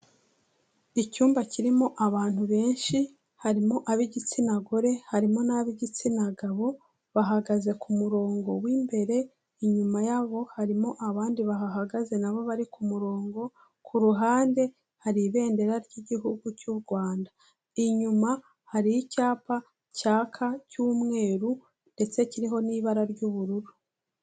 Icyumba kirimo abantu benshi, harimo ab'igitsina gore, harimo n'ab'igitsina gabo, bahagaze ku murongo w'imbere, inyuma yabo harimo abandi bahagaze nabo bari ku murongo, ku ruhande hari ibendera ry'igihugu cy'u Rwanda, inyuma hari icyapa cyaka cy'umweru, ndetse kiriho n'ibara ry'ubururu.